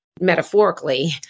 metaphorically